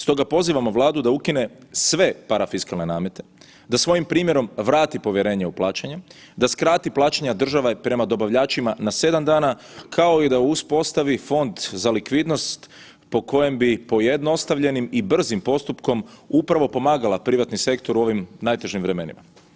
Stoga pozivamo Vladu da ukine sve parfiskalne namete, da svojim primjerom vrati povjerenje u plaćanje, da skrati plaćanja države prema dobavljačima na 7 dana kao i da uspostavi fond za likvidnost po kojem bi pojednostavljenim i brzim postupkom upravo pomagala privatni sektor u ovim najtežim vremenima.